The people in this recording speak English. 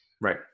Right